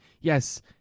yes